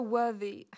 worthy